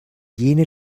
jene